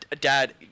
dad